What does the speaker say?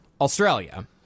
Australia